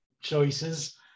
choices